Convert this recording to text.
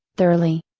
thoroughly.